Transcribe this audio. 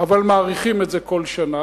אבל מאריכים את זה כל שנה,